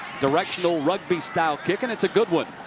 directional rugby-style kick. and it's a good one.